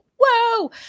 whoa